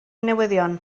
newyddion